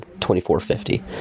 2450